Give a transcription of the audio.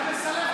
אתה רוצה להקשיב?